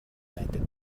байдаг